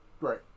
Right